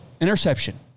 interception